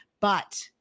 But-